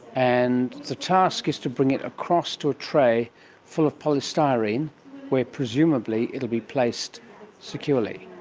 and the task is to bring it across to a tray full of polystyrene where presumably it will be placed securely.